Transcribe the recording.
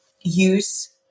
use